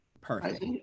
Perfect